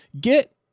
get